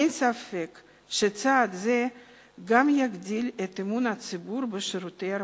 אין ספק שצעד זה גם יגדיל את אמון הציבור בשירותי הרווחה.